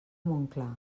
montclar